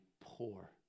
poor